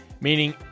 meaning